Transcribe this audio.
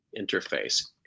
interface